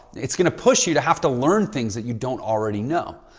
it's going to push you to have to learn things that you don't already know.